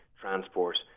transport